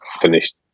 finished